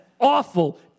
awful